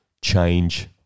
change